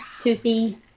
toothy